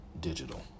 digital